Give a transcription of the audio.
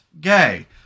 gay